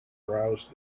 browsed